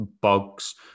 bugs